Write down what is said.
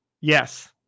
Yes